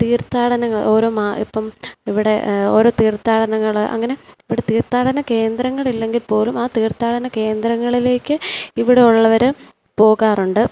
തീർത്ഥാടനങ്ങൾ ഓരോ ഇപ്പം ഇവിടെ ഓരോ തീർത്ഥാടനങ്ങൾ അങ്ങനെ ഇവിടെ തീർത്ഥാടന കേന്ദ്രങ്ങളില്ലെങ്കിൽ പോലും ആ തീർത്ഥാടന കേന്ദ്രങ്ങളിലേക്ക് ഇവിടെ ഉള്ളവർ പോകാറുണ്ട്